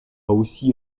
aussi